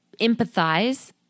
empathize